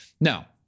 Now